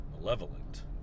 malevolent